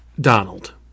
Donald